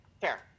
fair